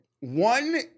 one